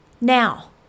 now